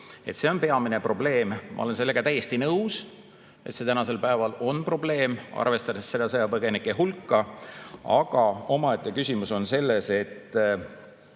See on peamine probleem. Ma olen sellega täiesti nõus, et see tänasel päeval on probleem, arvestades sõjapõgenike hulka. Aga omaette küsimus on selles, kui